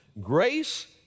Grace